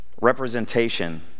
representation